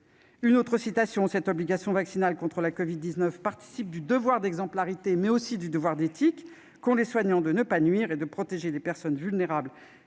se faire soigner. »« Cette obligation vaccinale contre la covid-19 participe du devoir d'exemplarité, mais aussi du devoir éthique qu'ont les soignants de ne pas nuire et de protéger les personnes vulnérables